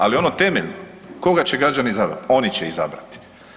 Ali ono temeljno koga će građani izabrati, oni će izabrati.